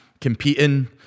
competing